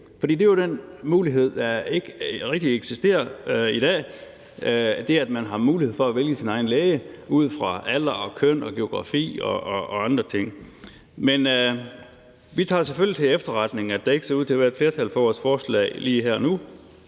For det er jo en mulighed, der ikke rigtig eksisterer i dag: det, at man har mulighed for at vælge sin egen læge ud fra alder, køn, geografi og andre ting. Men vi tager selvfølgelig til efterretning, at der ikke ser ud til at være et flertal for vores forslag lige her og nu,